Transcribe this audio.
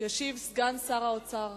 ישיב סגן שר האוצר